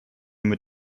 mit